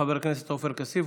חבר הכנסת עופר כסיף,